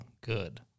good